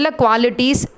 qualities